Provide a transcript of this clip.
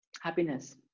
Happiness